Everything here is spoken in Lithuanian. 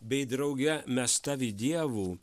bei drauge mes tavi dievu